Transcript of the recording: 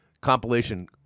compilation